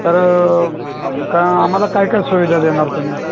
तर आ का आम्हाला काय काय सुविधा देणार तुम्ही